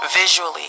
visually